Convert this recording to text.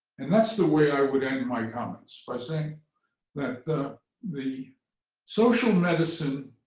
and that's the way i would end my comments, by saying that the the social medicine